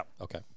Okay